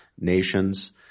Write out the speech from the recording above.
nations